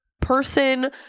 person